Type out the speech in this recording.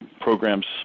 programs